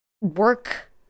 work